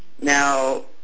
Now